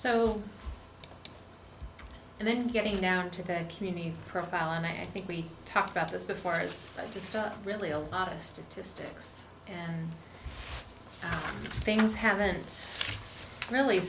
so and then getting down to that community profile and i think we talked about this before it's just really a lot of statistics and things haven't really